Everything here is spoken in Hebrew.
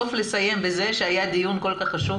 בסוף לסיים בזה שהיה דיון כל כך חשוב